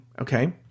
okay